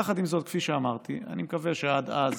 יחד עם זאת, כפי שאמרתי, אני מקווה שעד אז